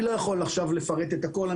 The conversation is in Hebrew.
אני לא יכול עכשיו לפרט את הכול,